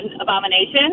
abomination